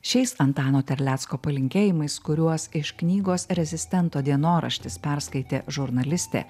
šiais antano terlecko palinkėjimais kuriuos iš knygos rezistento dienoraštis perskaitė žurnalistė